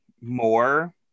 more